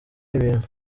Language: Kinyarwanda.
ibintu